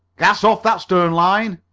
cast off that stern line!